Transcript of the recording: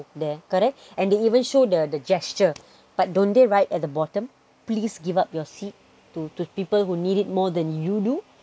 there correct and they even show the gesture but don't the write at the bottom please give up your seat to to people who need it more than you do